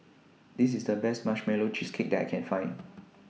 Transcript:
This IS The Best Marshmallow Cheesecake that I Can Find